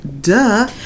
duh